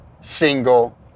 single